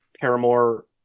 Paramore